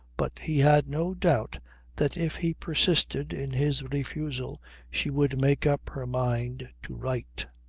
but he had no doubt that if he persisted in his refusal she would make up her mind to write.